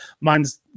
Mine's